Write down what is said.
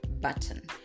button